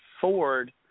Ford